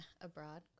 abroad